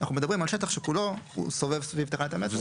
אנחנו מדברים על שטח שכולו הוא סובב סביב תחנת המטרו.